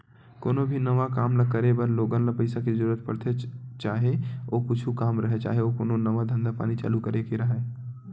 कोनो भी नवा काम ल करे बर लोगन ल पइसा के जरुरत पड़थे, चाहे ओ कुछु काम राहय, चाहे ओ कोनो नवा धंधा पानी चालू करे के राहय